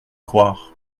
croire